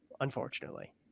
unfortunately